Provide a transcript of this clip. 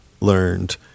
learned